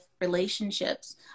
relationships